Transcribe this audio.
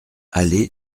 allée